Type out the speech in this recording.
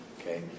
Okay